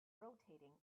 rotating